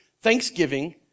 Thanksgiving